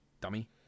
dummy